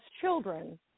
children